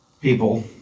people